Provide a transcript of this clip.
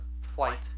flight